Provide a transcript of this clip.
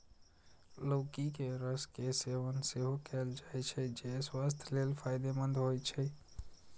लौकी के रस के सेवन सेहो कैल जाइ छै, जे स्वास्थ्य लेल फायदेमंद होइ छै